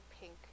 pink